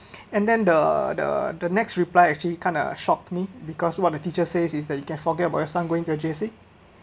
and then the the the next reply actually kind a shocked me because what the teacher says is that you can forget about your son going to the J_C